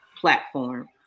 platform